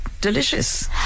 delicious